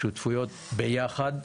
שותפויות ביחד.